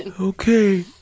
Okay